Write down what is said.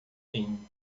vinho